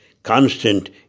Constant